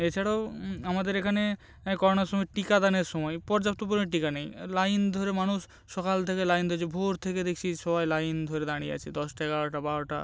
এছাড়াও আমাদের এখানে করোনার সময়ে টিকাদানের সময় পর্যাপ্ত পরিমাণে টিকা নেই লাইন ধরে মানুষ সকাল থেকে লাইন দিয়েছে ভোর থেকে দেখছি সবাই লাইন ধরে দাঁড়িয়ে আছে দশটা এগারোটা বারোটা